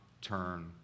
turn